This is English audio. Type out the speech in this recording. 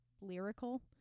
lyrical